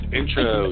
intro